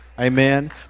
amen